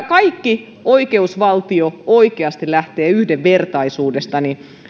kaikki oikeusvaltio oikeasti lähtee yhdenvertaisuudesta